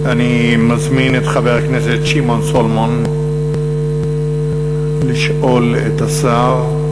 אני מזמין את חבר הכנסת שמעון סולומון לשאול את השר.